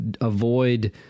Avoid